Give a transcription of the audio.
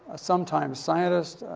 sometimes scientist,